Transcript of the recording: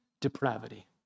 depravity